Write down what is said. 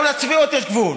גם לצביעות יש גבול.